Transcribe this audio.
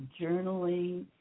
journaling